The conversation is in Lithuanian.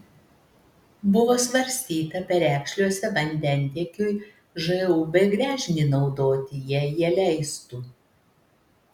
buvo svarstyta perekšliuose vandentiekiui žūb gręžinį naudoti jei jie leistų